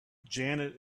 janet